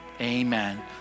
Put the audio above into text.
amen